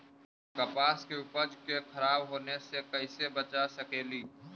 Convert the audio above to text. कपास के उपज के खराब होने से कैसे बचा सकेली?